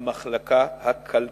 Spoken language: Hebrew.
המחלקה הכלכלית.